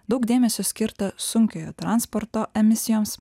daug dėmesio skirta sunkiojo transporto emisijoms